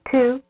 Two